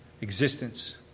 existence